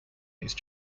these